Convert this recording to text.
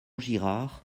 girard